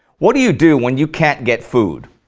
what do you do when you can't get food?